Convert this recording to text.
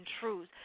truth